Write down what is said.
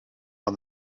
one